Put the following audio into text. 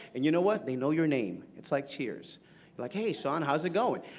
and you know what, they know your name. it's like cheers like, hey, son, how's it going?